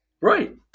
Right